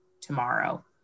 tomorrow